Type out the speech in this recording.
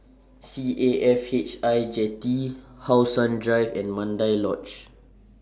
C A F H I Jetty How Sun Drive and Mandai Lodge